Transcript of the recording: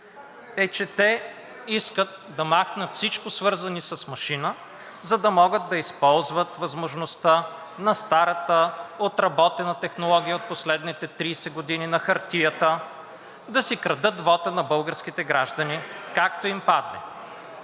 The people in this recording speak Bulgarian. е, че те искат да махнат всичко, свързано с машина, за да могат да използват възможността на старата отработена технология от последните 30 години на хартията, да си крадат вота на българските граждани както им падне.